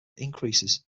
increases